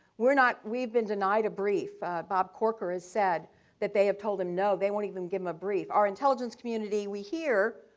we're not we've been denied a bob corker has said that they have told him no, they won't even give him a brief. our intelligence community, we hear,